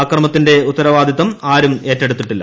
അക്രമത്തിന്റെ ഉത്തരവാദിത്തം ആരും ഏറ്റെടുത്തിട്ടില്ല